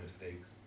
mistakes